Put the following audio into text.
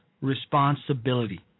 responsibility